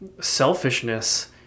selfishness